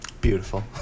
Beautiful